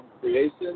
creation